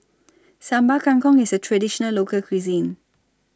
Sambal Kangkong IS A Traditional Local Cuisine